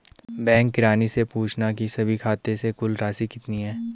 bank किरानी से पूछना की सभी खाते से कुल राशि कितनी है